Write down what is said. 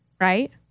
right